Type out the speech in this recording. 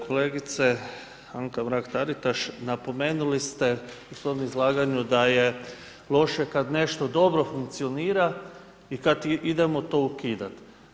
Kolegice Anka Mrak Taritaš, napomenuli ste u svom izlaganju da je loše kada nešto dobro funkcionira i kada idemo to ukidati.